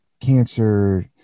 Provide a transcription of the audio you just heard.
cancer